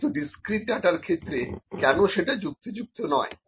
কিন্তু ডিসক্রিট ডাটার ক্ষেত্রেকেন সেটা যুক্তিযুক্ত নয়